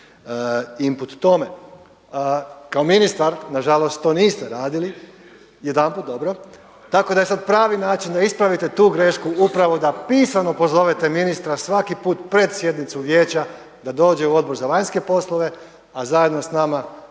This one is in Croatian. Govornik nije uključen, ne čuje se./… Jedan put, dobro, tako da je sad pravi način da ispravite tu grešku upravo da pisano pozovete ministra svaki put pred sjednicu Vijeća da dođe u Odbor za vanjske poslove a zajedno s nama